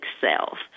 self